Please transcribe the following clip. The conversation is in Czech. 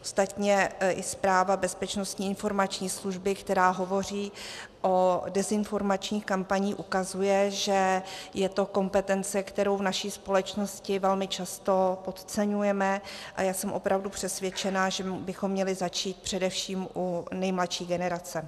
Ostatně i zpráva Bezpečnostní informační služby, která hovoří o dezinformačních kampaních, ukazuje, že je to kompetence, kterou v naší společnosti velmi často podceňujeme, a já jsem opravdu přesvědčena, že bychom měli začít především u nejmladší generace.